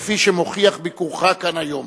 כפי שמוכיח ביקורך כאן היום.